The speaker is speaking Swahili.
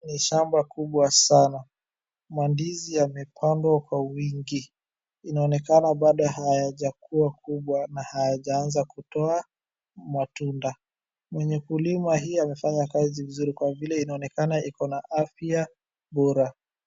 Ni shamba kubwa sana. Mandizi yamepandwa kwa wingi. Inaonekana bado hayajakuwa kubwa na hayajaanza kutoa matunda. Mwenye kulima hii amefanya kazi nzuri kwa vile inaonekana iko na afya bora.